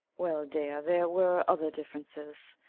well, dear, there were other differences.